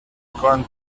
gone